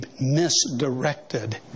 misdirected